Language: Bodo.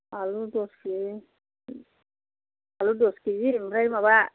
आलु दस केजि आलु दस केजि ओमफ्राय माबा